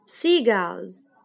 Seagulls